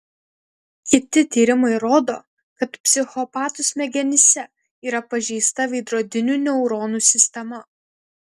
kiti tyrimai rodo kad psichopatų smegenyse yra pažeista veidrodinių neuronų sistema